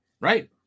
Right